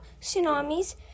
tsunamis